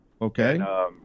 Okay